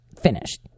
Finished